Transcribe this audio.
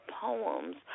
poems